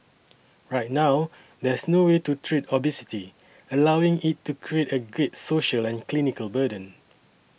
right now there's no way to treat obesity allowing it to create a great social and clinical burden